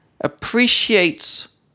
appreciates